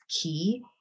key